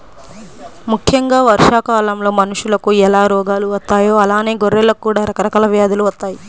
ముక్కెంగా వర్షాకాలంలో మనుషులకు ఎలా రోగాలు వత్తాయో అలానే గొర్రెలకు కూడా రకరకాల వ్యాధులు వత్తయ్యి